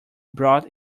brought